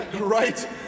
right